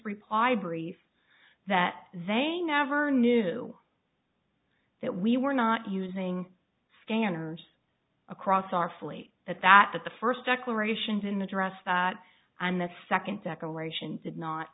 reply brief that they never knew that we were not using scanners across our fleet at that the first declarations in address that and that second decorations did not